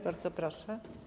Bardzo proszę.